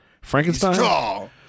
Frankenstein